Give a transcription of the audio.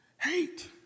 hate